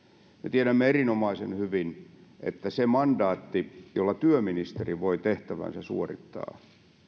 tiedämme erinomaisen hyvin että se mandaatti jolla työministeri voi tehtäväänsä suorittaa